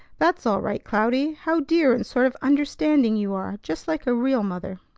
that's all right, cloudy. how dear and sort of understanding you are, just like a real mother.